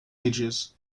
ages